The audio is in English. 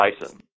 bison